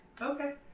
Okay